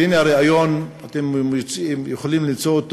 והנה, הריאיון, אתם יכולים למצוא אותו